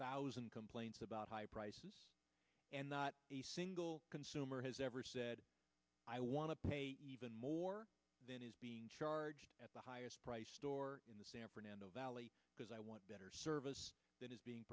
thousand complaints about high prices and not a single consumer has ever said i want to pay even more than is being charged at the highest price store in the san fernando valley because i want better service than is being